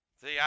See